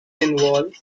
involve